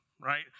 right